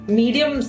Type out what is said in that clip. medium